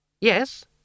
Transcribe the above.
Yes